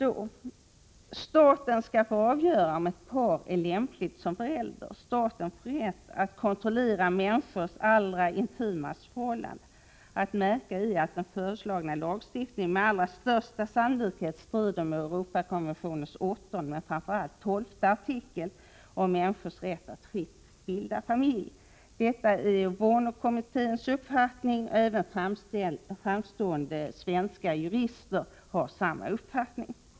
Jo, staten skall avgöra om ett par är lämpligt som föräldrar. Staten får rätt att kontrollera människors allra intimaste förhållanden. Att märka är att den föreslagna lagstiftningen med allra största sannolikhet strider mot Europakonventionens 8 och, framförallt, 12 artikel som handlar om människors rätt att fritt få bilda familj. Detta är Warnock-kommitténs uppfattning. Även framstående svenska jurister har samma uppfattning.